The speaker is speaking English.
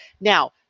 Now